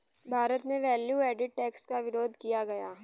भारत में value added tax का विरोध किया गया